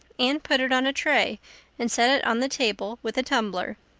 anne put it on a tray and set it on the table with a tumbler.